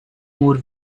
more